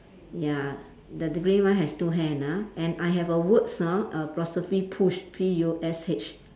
ya the degree one has two hand ah and I have a words ah err apostrophe push P U S H